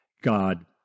God